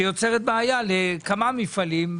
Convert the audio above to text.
שיוצרת בעיה לכמה מפעלים.